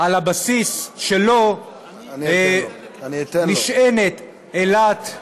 על הבסיס שלו נשענת אילת,